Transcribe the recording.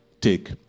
take